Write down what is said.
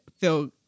feel